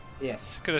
Yes